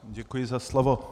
Děkuji za slovo.